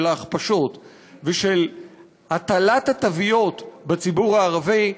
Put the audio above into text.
של ההכפשות ושל הטלת התוויות בציבור הערבי,